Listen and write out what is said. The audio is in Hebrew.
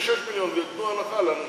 ברור לך שהשאלה, תודה.